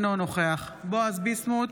אינו נוכח בועז ביסמוט,